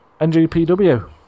ngpw